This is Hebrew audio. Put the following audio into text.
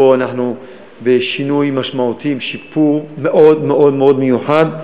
פה אנחנו בשינוי משמעותי עם שיפור מאוד מיוחד.